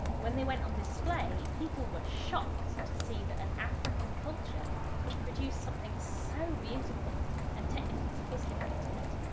when they went on display people were shocked to see that an african culture could produce something so beautiful and technically sophisticated.